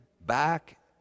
back